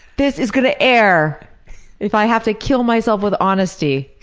this is gonna air if i have to kill myself with honesty.